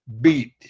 beat